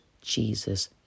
Jesus